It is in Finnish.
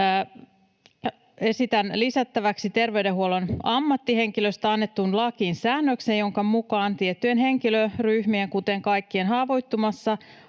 esitän lisättäväksi terveydenhuollon ammattihenkilöistä annettuun lakiin säännöksen, jonka mukaan tiettyjen henkilöryhmien, kuten kaikkein haavoittuvimmassa